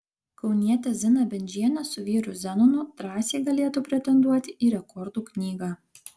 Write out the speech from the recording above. kaunietė zina bendžienė su vyru zenonu drąsiai galėtų pretenduoti į rekordų knygą